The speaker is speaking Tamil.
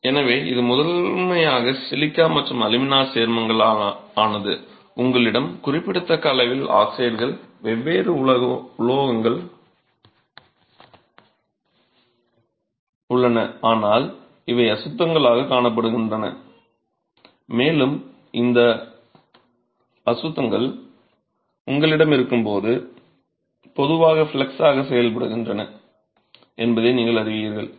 எனவே இது முதன்மையாக சிலிக்கா மற்றும் அலுமினா சேர்மங்களால் ஆனது உங்களிடம் குறிப்பிடத்தக்க அளவில் ஆக்சைடுகள் வெவ்வேறு உலோக ஆக்சைடுகள் உள்ளன ஆனால் இவை அசுத்தங்களாகக் காணப்படுகின்றன மேலும் இந்த அசுத்தங்கள் உங்களிடம் இருக்கும்போது பொதுவாக ஃப்ளக்ஸ் ஆக செயல்படுகின்றன என்பதை நீங்கள் அறிவீர்கள்